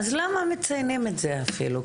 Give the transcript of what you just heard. אז למה מציינים את זה אפילו.